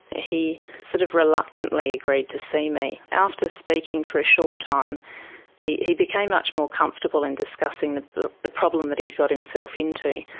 ah he sort of reluctantly agreed to see me. after speaking for a short time he he became much more comfortable in discussing the the problem that he'd got himself into.